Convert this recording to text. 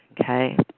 Okay